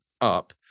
up